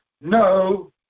No